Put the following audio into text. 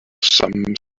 some